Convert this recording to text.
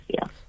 yes